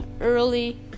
early